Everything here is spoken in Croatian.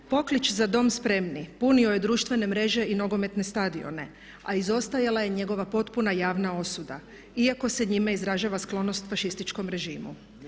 Poklič „za Dom spremni“ punio je društvene mreže i nogometne stadione a izostajala je njegova potpuna javna osuda iako se njime izražava sklonost fašističkom režimu.